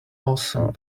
awesome